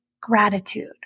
gratitude